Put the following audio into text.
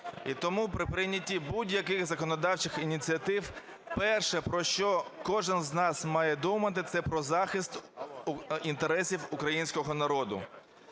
І тому при прийнятті будь-яких законодавчих ініціатив перше, про що кожен з нас має думати, – це про захист інтересів українського народу.